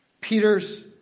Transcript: Peter's